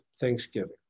thanksgiving